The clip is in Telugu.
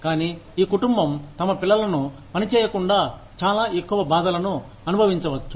కానీ ఈ కుటుంబం తమ పిల్లలను పనిచేయకుండా చాలా ఎక్కువ బాధలను అనుభవించవచ్చు